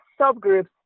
subgroups